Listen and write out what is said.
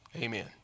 Amen